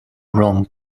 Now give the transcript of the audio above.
wrong